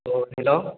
अ hello